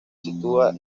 sitúa